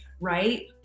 right